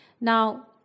Now